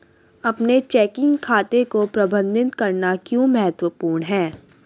अपने चेकिंग खाते को प्रबंधित करना क्यों महत्वपूर्ण है?